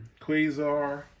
Quasar